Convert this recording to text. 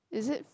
is it